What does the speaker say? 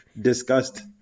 discussed